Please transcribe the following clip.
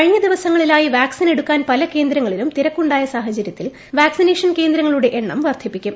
കഴിഞ്ഞ ദിവസങ്ങളിലായി വാക്സിൻ എടുക്കാൻ പല കേന്ദ്രങ്ങളിലും തിരക്ക് ഉണ്ടായ സാഹചര്യത്തിൽ വാക്സിനേഷൻ കേന്ദ്രങ്ങളുടെ എണ്ണം വർദ്ധിപ്പിക്കും